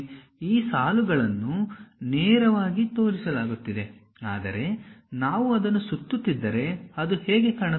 ಈ ಸಾಲುಗಳನ್ನು ನೇರವಾಗಿ ತೋರಿಸಲಾಗುತ್ತಿದೆ ಆದರೆ ನಾವು ಅದನ್ನು ಸುತ್ತುತ್ತಿದ್ದರೆ ಅದು ಹೇಗೆ ಕಾಣುತ್ತದೆ